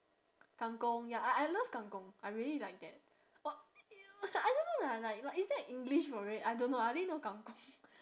kang-kong ya I I love kang-kong I really like that what I don't know ah like like is there an english for it I don't know I only know kang-kong